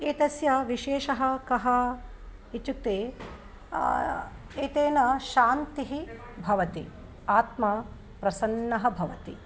एतस्य विशेषः कः इत्युक्ते एतेन शान्तिः भवति आत्मा प्रसन्नः भवति